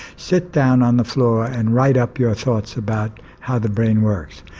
sit down on the floor and write up your thoughts about how the brain works.